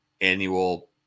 annual